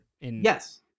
yes